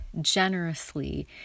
generously